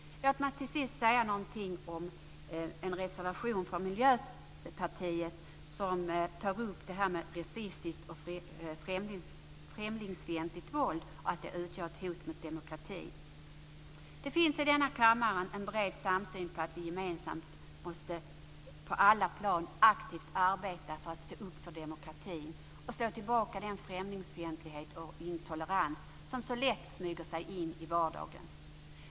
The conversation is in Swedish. Låt mig till sist säga någonting om en reservation från Miljöpartiet som tar upp detta med rasistiskt och främlingsfientligt våld och att det utgör ett hot mot demokratin. Det finns en bred samsyn här i kammaren om att vi gemensamt måste aktivt arbeta på alla plan för att stå upp för demokratin och slå tillbaka den främlingsfientlighet och intolerans som så lätt smyger sig in i vardagen.